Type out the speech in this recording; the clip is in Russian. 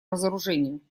разоружению